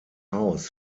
haus